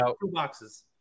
boxes